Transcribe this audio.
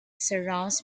surrounds